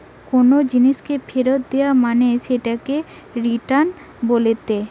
কোনো জিনিসকে ফেরত দেয়া মানে সেটাকে রিটার্ন বলেটে